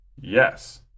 Yes